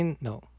no